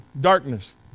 darkness